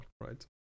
right